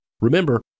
remember